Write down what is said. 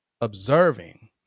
observing